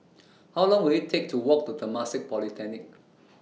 How Long Will IT Take to Walk to Temasek Polytechnic